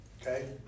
okay